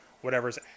whatever's